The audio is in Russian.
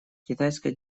китайская